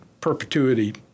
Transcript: perpetuity